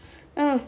mmhmm